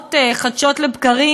שמוקמות חדשות לבקרים.